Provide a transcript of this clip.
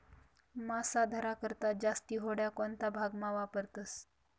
मासा धरा करता जास्ती होड्या कोणता भागमा वापरतस